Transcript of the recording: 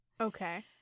Okay